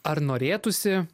ar norėtųsi